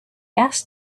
asked